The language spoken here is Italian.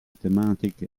tematiche